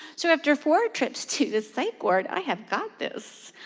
so after four trips to the psych ward, i have got this.